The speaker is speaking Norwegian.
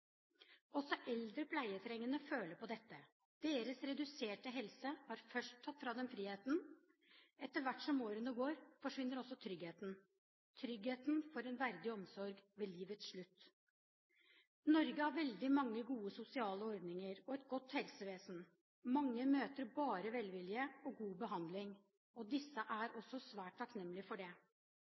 Også eldre pleietrengende føler på dette. Deres reduserte helse har først tatt fra dem friheten. Etter hvert som årene går, forsvinner også tryggheten for en verdig omsorg ved livets slutt. Norge har veldig mange gode sosiale ordninger og et godt helsevesen. Mange møter bare velvilje og god behandling, og disse er også svært takknemlige for det.